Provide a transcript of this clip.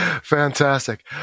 Fantastic